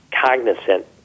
cognizant